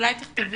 מן הסתם